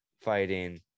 fighting